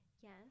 Yes